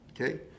Okay